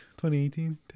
2018